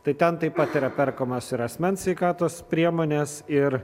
tai ten taip pat yra perkamos ir asmens sveikatos priemonės ir